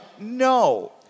no